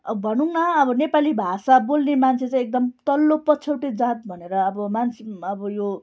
भनौँ न अब नेपाली भाषा बोल्ने मान्छै चाहिँ एकदम तल्लो पछौटे जात भनेर अब मान्छे पनि अब यो